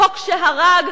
החוק שהרג,